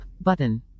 button